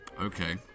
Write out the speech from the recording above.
Okay